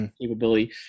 capability